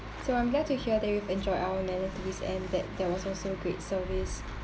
so I'm glad to hear that you have enjoy our amenities and that there was also great service